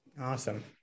Awesome